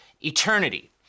eternity